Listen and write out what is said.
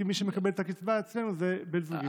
כי מי שמקבל את הקצבה אצלנו זה בן זוגי.